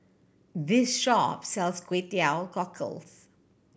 this shop sells Kway Teow Cockles